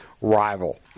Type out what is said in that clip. rival